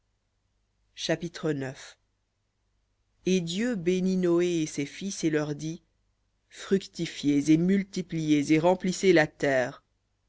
chapitre et dieu bénit noé et ses fils et leur dit fructifiez et multipliez et remplissez la terre